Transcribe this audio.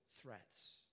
threats